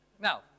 Now